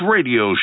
Radio